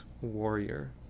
warrior